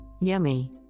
Yummy